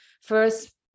first